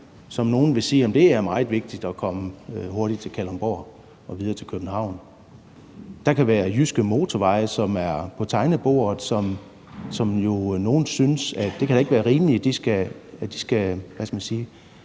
hvor nogle vil sige, at det er meget vigtigt at komme hurtigt til Kalundborg og videre til København. Der kan være jyske motorveje, som er på tegnebordet, og hvor nogle synes, at det da ikke kan være rimeligt, at de skal forsinkes af,